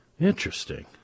Interesting